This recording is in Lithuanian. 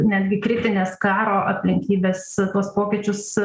netgi kritinės karo aplinkybės tuos pokyčius